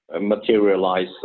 materialize